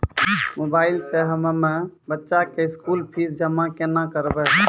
Mobile से हम्मय बच्चा के स्कूल फीस जमा केना करबै?